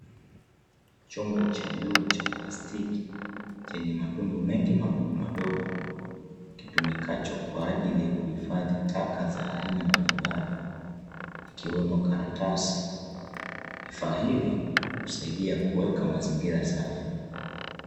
Chombo cha bluu cha plastiki, chenye matundu mengi madogo madogo, kitumikacho kwa ajili ya kuhifadhi taka za aina mbalimbali ikiwemo karatasi, vifaa hivi husaidia kuweka mazingira safi.